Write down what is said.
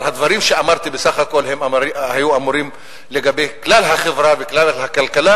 הדברים שאמרתי בסך הכול היו אמורים לגבי כלל החברה וכלל הכלכלה,